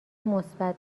مثبت